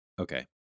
Okay